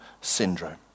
syndrome